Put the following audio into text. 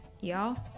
y'all